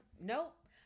Nope